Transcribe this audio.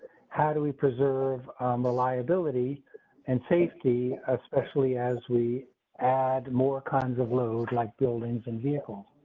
how do we preserve reliability and safety especially as we add more kinds of load like buildings and vehicles.